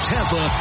Tampa